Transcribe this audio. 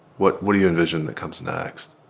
what what do you envision that comes next?